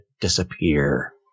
disappear